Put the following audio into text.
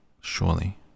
Surely